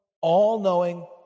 all-knowing